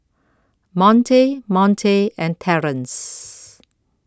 Monte Monte and Terrence